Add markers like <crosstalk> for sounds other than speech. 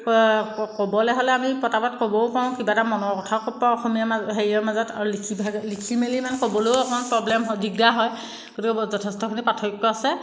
ক'বলৈ হ'লে আমি পটাপট ক'বও পাৰোঁ কিবা এটা মনৰ কথাও ক'ব পাৰোঁ অসমীয়া মা হেৰিয়ৰ মাজত আৰু লিখি ভাগে লিখি মেলি ইমান ক'বলৈও অকণমান প্ৰবলেম হয় দিগদাৰ হয় গতিকে <unintelligible> যথেষ্টখিনি পাৰ্থক্য আছে